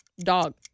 Dog